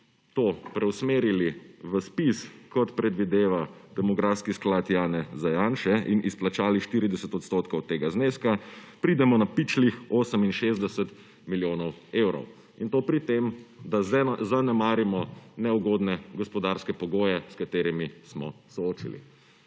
to preusmerili v ZPIZ, kot predvideva demografski sklad Janeza Janše in izplačali 40 % tega zneska, pridemo na pičlih 68 milijonov evrov in to pri tem, da zanemarimo neugodne gospodarske pogoje s katerimi smo soočili.